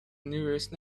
nearest